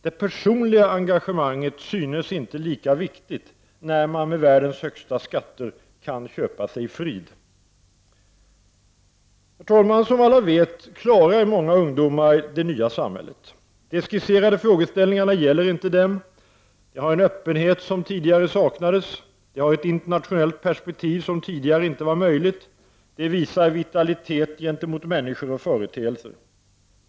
Det personliga engagemanget synes inte lika viktigt när man med världens högsta skatter kan köpa sig frid. Som alla vet klarar många ungdomar att leva i det nya samhället. De skisserade frågeställningarna gäller inte dem. De har en öppenhet som tidigare saknades, de har ett internationellt perspektiv som tidigare inte var möjligt, och de visar vitalitet gentemot människor och företeelser.